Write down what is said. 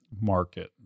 market